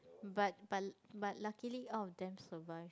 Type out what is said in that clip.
but but but luckily all of them survive